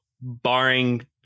barring